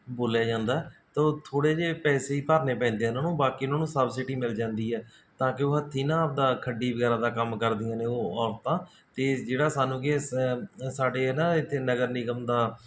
ਬੋਲਿਆ ਜਾਂਦਾ ਅਤੇ ਉਹ ਥੋੜ੍ਹੇ ਜਿਹੇ ਪੈਸੇ ਹੀ ਭਰਨੇ ਪੈਂਦੇ ਆ ਉਹਨਾਂ ਨੂੰ ਬਾਕੀ ਉਹਨਾਂ ਨੂੰ ਸਬਸਿਡੀ ਮਿਲ ਜਾਂਦੀ ਹੈ ਤਾਂ ਕਿ ਉਹ ਹੱਥੀਂ ਨਾ ਆਪਣਾ ਖੱਡੀ ਵਗੈਰਾ ਦਾ ਕੰਮ ਕਰਦੀਆਂ ਨੇ ਉਹ ਔਰਤਾਂ ਤਾਂ ਜਿਹੜਾ ਸਾਨੂੰ ਕਿ ਸਾਡੇ ਇਹ ਨਾ ਇੱਥੇ ਨਗਰ ਨਿਗਮ ਦਾ